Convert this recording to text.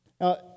Now